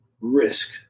risk